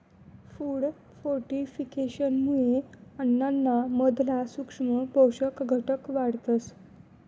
food फोर्टिफिकेशनमुये अन्नाना मधला सूक्ष्म पोषक घटक वाढतस